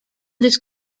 this